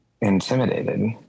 intimidated